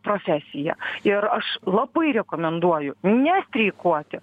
profesiją ir aš labai rekomenduoju ne streikuoti